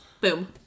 Boom